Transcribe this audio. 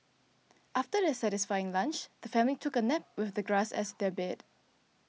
after their satisfying lunch the family took a nap with the grass as their bed